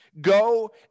Go